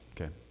Okay